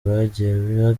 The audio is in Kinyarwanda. bagiye